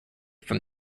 from